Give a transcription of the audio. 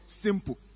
Simple